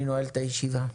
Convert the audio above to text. אני נועל את הישיבה.